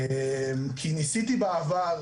כי ניסיתי בעבר,